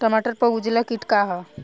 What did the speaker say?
टमाटर पर उजला किट का है?